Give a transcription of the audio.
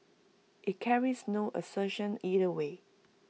IT carries no assertion either way